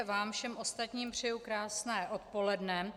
Vám všem ostatním přeji krásné odpoledne.